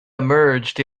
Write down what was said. emerged